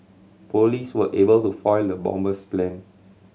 police were able to foil the bomber's plan